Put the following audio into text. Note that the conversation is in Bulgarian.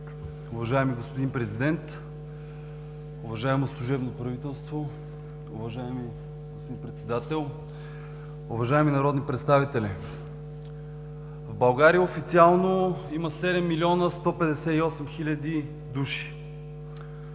Уважаеми господин Президент, уважаемо служебно правителство, уважаеми господин Председател, уважаеми народни представители! В България официално има 7 млн. 158 хил. души.